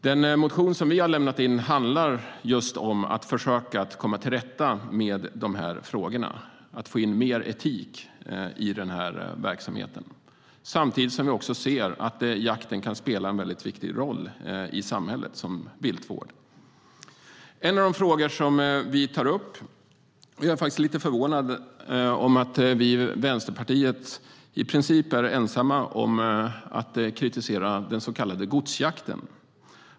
Den motion vi har lämnat in handlar just om att försöka komma till rätta med de här frågorna och få in mer etik i den här verksamheten samtidigt som vi också ser att jakten kan spela en viktig roll i samhället som viltvård. En av de frågor som vi tar upp - jag är faktiskt lite förvånad över att vi i Vänsterpartiet i princip är ensamma om att kritisera den - är den så kallade godsjakten.